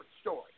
story